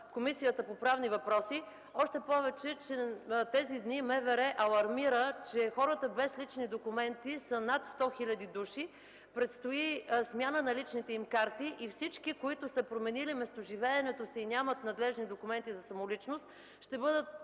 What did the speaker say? Комисията по правни въпроси, още повече тези дни МВР алармира, че хората без лични документи са над 100 хил. души. Предстои смяна на личните им карти и всички, които са променили местоживеенето си и нямат надлежни документи за самоличност, ще бъдат